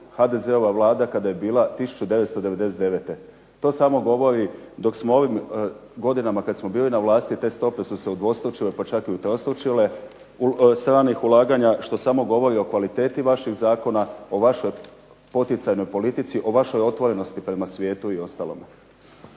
HDZ-ova vlada kada je bila 1999. to samo govorio dok smo ovim godinama kada smo bili na vlasti te stope su se udvostručile pa čak i utrostručile, stranih ulaganja, što samo govori o kvaliteti vaših zakona, o vašoj poticajnoj politici, o vašoj otvorenosti prema svijetu i ostalom.